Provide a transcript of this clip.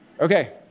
Okay